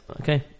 Okay